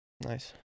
Nice